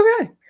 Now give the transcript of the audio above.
okay